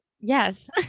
Yes